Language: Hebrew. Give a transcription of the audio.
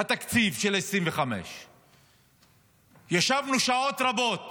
התקציב לשנת 2025. ישבנו שעות רבות